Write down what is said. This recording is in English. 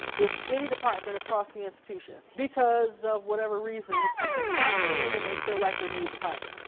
with any department across the institution, because of whatever reason. something happened and they feel like they need a deposit.